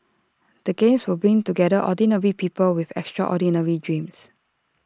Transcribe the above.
the games will bring together ordinary people with extraordinary dreams